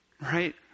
right